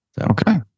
Okay